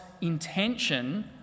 intention